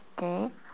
okay